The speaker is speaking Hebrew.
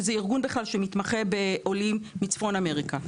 שהוא ארגון שמתמחה בכלל בעולים מצפון אמריקה.